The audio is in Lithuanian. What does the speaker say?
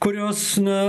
kurios na